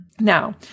Now